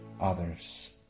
others